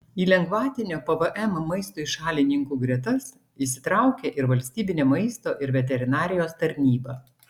į lengvatinio pvm maistui šalininkų gretas įsitraukė ir valstybinė maisto ir veterinarijos tarnyba